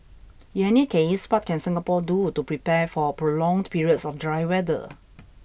in any case what can Singapore do to prepare for prolonged periods of dry weather